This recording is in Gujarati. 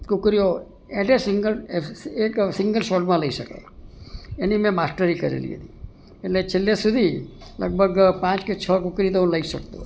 કુકરીઓ એટ એ સિંગલ એક સિંગલ શોટમાં લઈ શકો એની મેં માસ્ટરી કરેલી હતી એને છેલ્લે સુધી લગભગ પાંચ કે છ કૂકરી તો હું લઈ શકતો